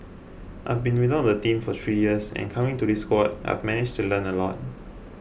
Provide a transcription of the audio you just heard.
I've been without a team for three years and coming to this squad I've managed to learn a lot